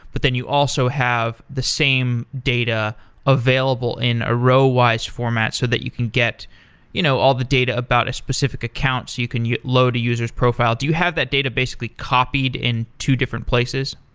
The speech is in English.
but then you also have the same data available in a row-wise format so that you can get you know all the data about a specific account so you can load a user s profile. do you have that data basically copied in two different places?